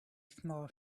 small